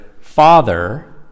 father